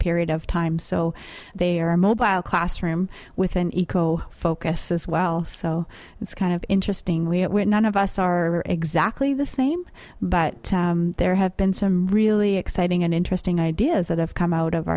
period of time so they are immobile classroom with an eco focus as well so it's kind of interesting we're none of us are exactly the same but there have been some really exciting and interesting ideas that have come out of